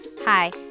hi